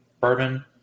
bourbon